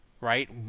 right